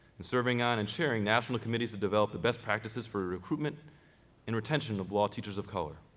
and serving on and chairing national committees to develop the best practices for recruitment and retention of law teachers of color.